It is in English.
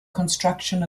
construction